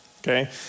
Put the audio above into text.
okay